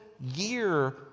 year